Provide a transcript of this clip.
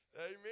Amen